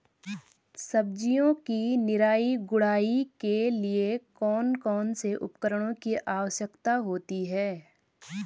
सब्जियों की निराई गुड़ाई के लिए कौन कौन से उपकरणों की आवश्यकता होती है?